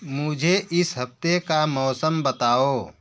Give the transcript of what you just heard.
मुझे इस हफ़्ते का मौसम बताओ